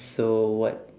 so what